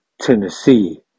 Tennessee